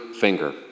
finger